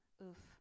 oof